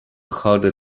harder